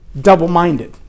double-minded